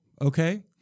okay